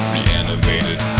Reanimated